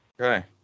Okay